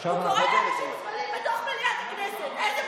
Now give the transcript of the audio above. הוא קורא לאנשים זבלים בתוך מליאת הכנסת.